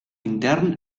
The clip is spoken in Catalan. intern